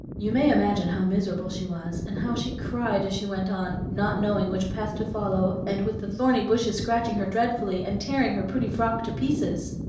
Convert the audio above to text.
you may imagine how miserable she was, and how she cried as she went on, not knowing which path to follow, and with the thorny bushes scratching her dreadfully and tearing her pretty frock to pieces.